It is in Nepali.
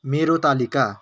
मेरो तालिका